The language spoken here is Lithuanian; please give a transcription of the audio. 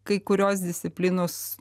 kai kurios disciplinos